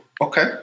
Okay